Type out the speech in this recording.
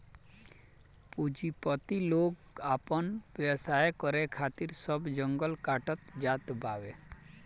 पूंजीपति लोग आपन व्यवसाय करे खातिर सब जंगल काटत जात बावे